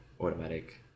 automatic